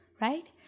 Right